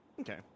Okay